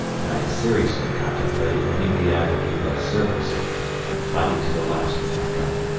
and i seriously contemplated ending the agony by surfacing and fighting to the last with my gun.